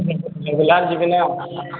regular ଯିବିନା